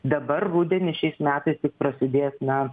dabar rudenį šiais metais tik prasidės na